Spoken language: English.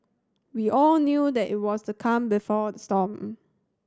we all knew that it was the calm before the storm